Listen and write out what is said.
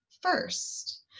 first